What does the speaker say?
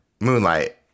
Moonlight